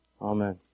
Amen